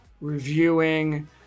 reviewing